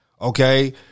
Okay